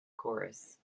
chorus